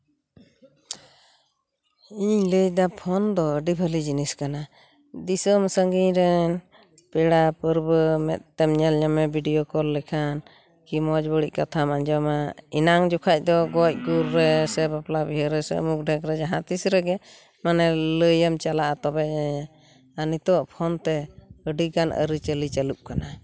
ᱤᱧᱤᱧ ᱞᱟᱹᱭ ᱫᱟ ᱯᱷᱳᱱ ᱫᱚ ᱟᱹᱰᱤ ᱵᱷᱟᱞᱤ ᱡᱤᱱᱤᱥ ᱠᱟᱱᱟ ᱫᱤᱥᱚᱢ ᱥᱟᱺᱜᱤᱧ ᱨᱮᱱ ᱯᱮᱲᱟ ᱯᱟᱹᱨᱵᱟᱹ ᱢᱮᱸᱫ ᱛᱮᱢ ᱧᱮᱞ ᱧᱟᱢᱮ ᱵᱷᱤᱰᱤᱭᱳ ᱠᱚᱞ ᱞᱮᱠᱷᱟᱱ ᱠᱤ ᱢᱚᱡᱽ ᱵᱟᱹᱲᱤᱡ ᱠᱟᱛᱷᱟᱢ ᱟᱸᱡᱚᱢᱟ ᱮᱱᱟᱝ ᱡᱚᱠᱷᱟᱡ ᱫᱚ ᱜᱚᱡ ᱜᱩᱨ ᱨᱮ ᱥᱮ ᱵᱟᱯᱞᱟ ᱵᱤᱦᱟᱹ ᱨᱮ ᱥᱮ ᱩᱢᱩᱠ ᱰᱷᱮᱠ ᱨᱮ ᱡᱟᱦᱟᱸᱛᱤᱥ ᱨᱮᱜᱮ ᱢᱟᱱᱮ ᱞᱟᱹᱭᱮᱢ ᱪᱟᱞᱟᱜᱼᱟ ᱛᱚᱵᱮ ᱱᱤᱛᱚᱜ ᱯᱷᱳᱱ ᱛᱮ ᱟᱹᱰᱤᱜᱟᱱ ᱟᱹᱨᱤᱪᱟᱹᱞᱤ ᱪᱟᱹᱞᱩᱜ ᱠᱟᱱᱟ